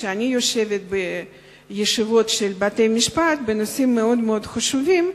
כשאני יושבת בישיבות של בתי-משפט בנושאים מאוד-מאוד חשובים,